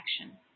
action